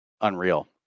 unreal